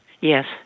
yes